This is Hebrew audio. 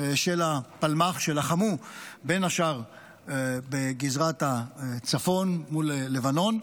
של הפלמ"ח, שלחמו בין השאר בגזרת הצפון מול לבנון,